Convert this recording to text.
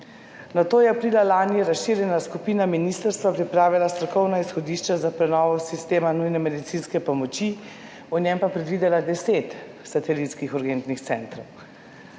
Nato je aprila lani razširjena skupina ministrstva pripravila strokovna izhodišča za prenovo sistema nujne medicinske pomoči, v njem pa predvidela 10 satelitskih urgentnih centrov.